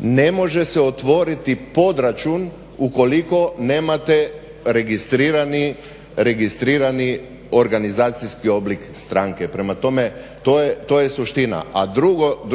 Ne može se otvoriti podračun ukoliko nemate registrirani organizacijski oblik stranke. Prema tome, to je suština. A drugo,